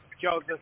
Joseph